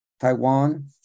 Taiwan